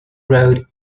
road